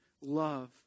love